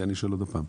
אני שואל עוד פעם.